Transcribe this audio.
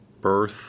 birth